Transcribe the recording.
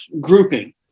grouping